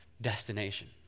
destination